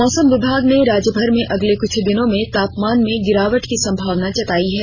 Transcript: मौसम विभाग ने राज्य भर में अगले कुछ दिनों में तापमान में गिरावट की संभावना जतायी है